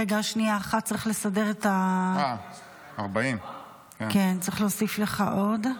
רגע, שנייה אחת, צריך לסדר, צריך להוסיף לך עוד.